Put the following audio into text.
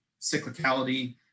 cyclicality